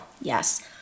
yes